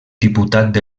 diputat